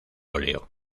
óleo